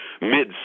mid